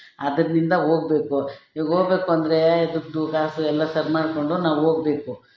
ಅದ್ರಿಂದ ಹೋಗ್ಬೇಕು ಇವಾಗ ಹೋಗ್ಬೇಕು ಅಂದರೆ ದುಡ್ಡು ಕಾಸು ಎಲ್ಲ ಸರಿ ಮಾಡಿಕೊಂಡು ನಾನು ಹೋಗ್ಬೇಕು